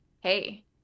hey